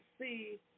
see